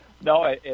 No